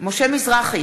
משה מזרחי,